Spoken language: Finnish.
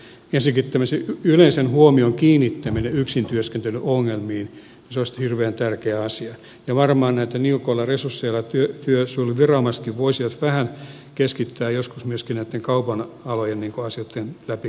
ensinnäkin tämmöisen yleisen huomion kiinnittäminen yksintyöskentelyn ongelmiin olisi hirveän tärkeä asia ja varmaan näin että niukoilla resursseilla työsuojeluviranomaisetkin voisivat vähän keskittää joskus myöskin näitten kaupan alojen asioitten läpikäymiseen